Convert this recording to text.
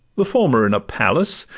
the former in a palace,